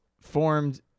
formed